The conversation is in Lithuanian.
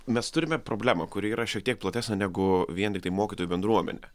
mes turime problemą kuri yra šiek tiek platesnė negu vien tiktai mokytojų bendruomenė